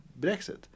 Brexit